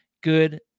good